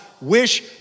wish